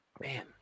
Man